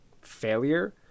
failure